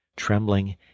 Trembling